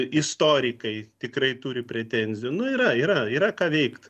istorikai tikrai turi pretenzijų nu yra yra yra ką veikt